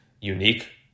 unique